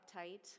uptight